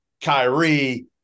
Kyrie